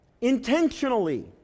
intentionally